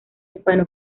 hispano